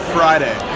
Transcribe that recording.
Friday